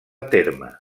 terme